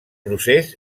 procés